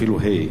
אפילו ה'.